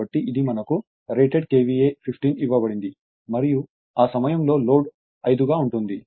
కాబట్టి ఇది మనకు రేటెడ్ KVA 15 ఇవ్వబడింది మరియు ఆ సమయంలో లోడ్ 5 గా ఉంటుంది